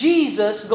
Jesus